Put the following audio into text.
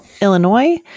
Illinois